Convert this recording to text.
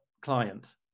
client